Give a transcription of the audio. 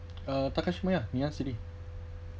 uh takashimaya ngee-ann city